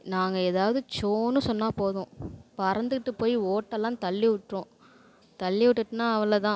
நாங்கள் ஏதாவது சோன்னு சொன்னால் போதும் பறந்துக்கிட்டு போய் ஓட்டெல்லாம் தள்ளி விட்ரும் தள்ளி விட்டுட்டுனா அவ்வளோ தான்